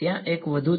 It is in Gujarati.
ત્યાં એક વધુ છે